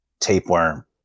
Tapeworm